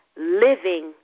living